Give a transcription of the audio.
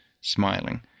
smiling